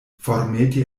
formeti